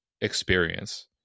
experience